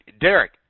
Derek